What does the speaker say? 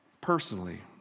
personally